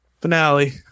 Finale